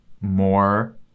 more